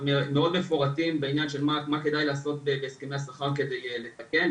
אנחנו מאוד מפורטים מבחינת מה כדאי לעשות בהסכמי השכר כדי לתקן,